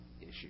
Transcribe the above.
issue